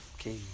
Okay